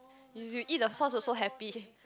you you eat the sauce also happy